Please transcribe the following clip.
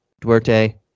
Duarte